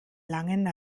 langen